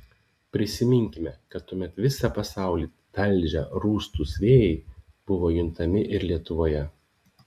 prisiminkime kad tuomet visą pasaulį talžę rūstūs vėjai buvo juntami ir lietuvoje